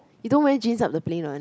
you don't wear jeans up the plane one